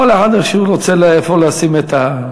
כל אחד איך שהוא רוצה, איפה לשים את,